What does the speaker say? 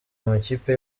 amakipe